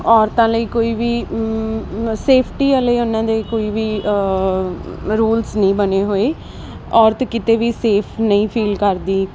ਔਰਤਾਂ ਲਈ ਕੋਈ ਵੀ ਸੇਫਟੀ ਵਾਲੇ ਉਹਨਾਂ ਦੇ ਕੋਈ ਵੀ ਰੂਲਸ ਨਹੀਂ ਬਣੇ ਹੋਏ ਔਰਤ ਕਿਤੇ ਵੀ ਸੇਫ ਨਹੀਂ ਫੀਲ ਕਰਦੀ